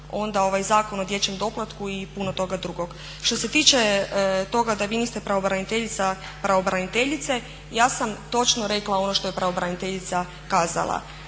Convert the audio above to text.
onda Zakon o dječjem doplatku i puno toga drugoga. Što se tiče toga da vi niste pravobraniteljica pravobraniteljice, ja sam točno rekla ono što je pravobraniteljica kazala.